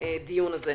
הדיון הזה.